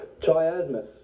Chiasmus